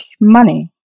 money